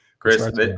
Chris